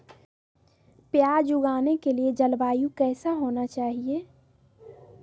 प्याज उगाने के लिए जलवायु कैसा होना चाहिए?